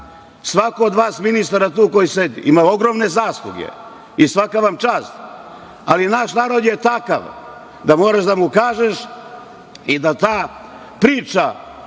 Svako od vas ministara tu koji sedi ima ogromne zasluge i svaka vam čast, ali naš narod je takav da moraš da mu kažeš i da ta priča